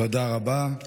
תודה רבה.